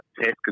test